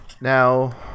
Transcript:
Now